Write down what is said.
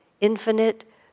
infinite